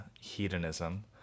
hedonism